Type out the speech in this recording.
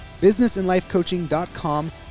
businessandlifecoaching.com